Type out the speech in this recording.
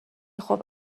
خوب